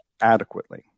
adequately